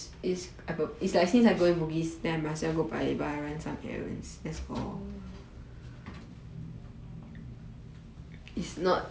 paya lebar orh